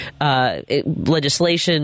legislation